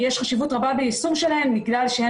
יש חשיבות רבה ביישום שלהם בגלל שהן